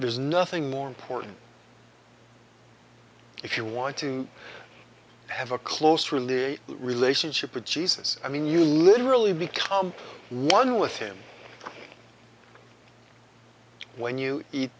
there's nothing more important if you want to have a close really relationship with jesus i mean you literally become one with him when you eat